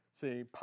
See